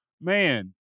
Man